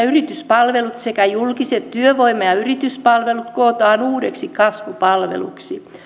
yrityspalvelut sekä julkiset työvoima ja yrityspalvelut kootaan uudeksi kasvupalveluksi